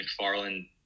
McFarland